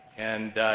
and,